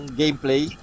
gameplay